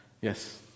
yes